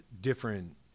different –